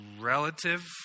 relative